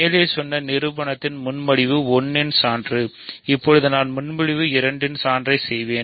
மேலே சொன்ன நிரூபணம் முன்மொழிவு 1 இன் சான்று இப்போது நான் முன்மொழிவு 2 இன் சான்றைச் செய்வேன்